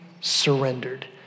surrendered